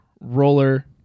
roller